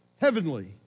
heavenly